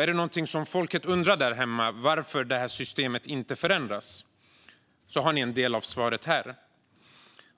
Är det någonting som folket undrar där hemma om varför systemet inte förändras har de en del av svaret här.